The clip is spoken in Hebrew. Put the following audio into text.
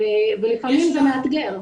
ולפעמים זה מאתגר,